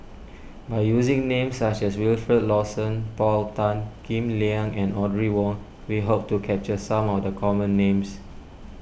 by using names such as Wilfed Lawson Paul Tan Kim Liang and Audrey Wong we hope to capture some of the common names